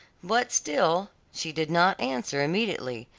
but still she did not answer immediately,